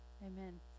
Amen